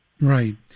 Right